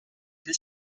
più